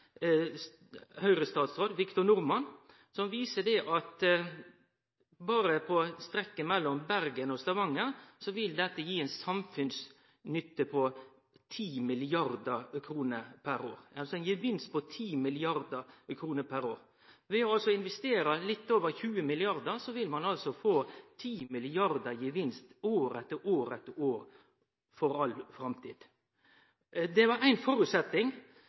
Victor Norman som viser at berre på strekket mellom Bergen og Stavanger vil samfunnsnytten vere på 10 mrd. kr per år – altså ein gevinst på 10 mrd. kr per år. Ved å investere litt over 20 mrd. vil ein altså få 10 mrd. i gevinst år etter år etter år, for all framtid. Victor Norman sette éin føresetnad, og det nemnte ikkje Øyvind Halleraker i farta, og det var